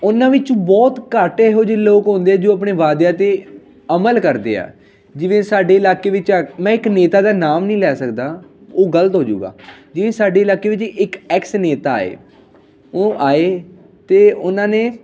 ਉਹਨਾਂ ਵਿੱਚ ਬਹੁਤ ਘੱਟ ਇਹੋ ਜਿਹੇ ਲੋਕ ਹੁੰਦੇ ਜੋ ਆਪਣੇ ਵਾਅਦਿਆਂ 'ਤੇ ਅਮਲ ਕਰਦੇ ਆ ਜਿਵੇਂ ਸਾਡੇ ਇਲਾਕੇ ਵਿੱਚ ਮੈਂ ਇੱਕ ਨੇਤਾ ਦਾ ਨਾਮ ਨਹੀਂ ਲੈ ਸਕਦਾ ਉਹ ਗਲਤ ਹੋ ਜਾਊਗਾ ਜਿਹੜੀ ਸਾਡੇ ਇਲਾਕੇ ਵਿੱਚ ਇੱਕ ਐਕਸ ਨੇਤਾ ਹੈ ਉਹ ਆਏ ਅਤੇ ਉਹਨਾਂ ਨੇ